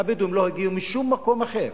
הבדואים לא הגיעו משום מקום אחר,